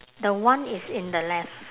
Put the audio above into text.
the one is in the left